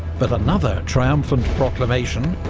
but another triumphant proclamation,